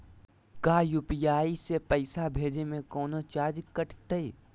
का यू.पी.आई से पैसा भेजे में कौनो चार्ज कटतई?